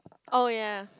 oh ya